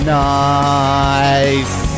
nice